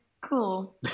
cool